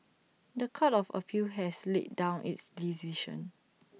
The Court of appeal has laid down its decision